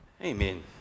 Amen